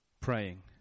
praying